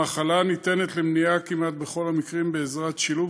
המחלה ניתנת למניעה כמעט בכל המקרים בעזרת שילוב